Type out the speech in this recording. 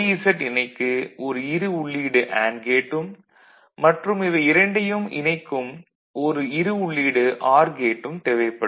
z இணைக்கு ஒரு இரு உள்ளீடு அண்டு கேட்டும் மற்றும் இவை இரண்டையும் இணைக்கும் ஒரு இரு உள்ளீடு ஆர் கேட்டும் தான் தேவைப்படும்